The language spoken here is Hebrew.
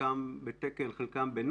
חלקם בתקן וחלקם לא,